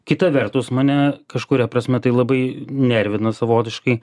kita vertus mane kažkuria prasme tai labai nervina savotiškai